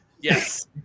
Yes